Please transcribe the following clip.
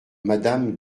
madame